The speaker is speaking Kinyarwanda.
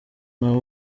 naho